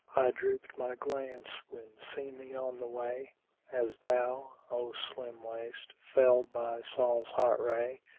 drooped my glance when seen thee on the way as though, o slim-waist! felled by sol's hot ray